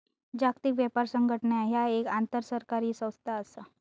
जागतिक व्यापार संघटना ह्या एक आंतरसरकारी संस्था असा